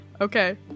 Okay